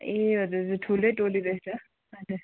ए हजुर हजुर ठुलै टोली रहेछ हजुर